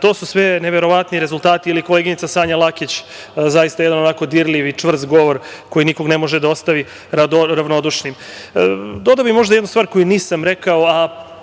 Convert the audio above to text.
To su sve neverovatni rezultati. Koleginica Sanja Lakić je imala zaista jedan dirljiv i čvrst govor, koji nikoga ne može da ostavi ravnodušnim. Dodao bih možda jednu stvar koju nisam rekao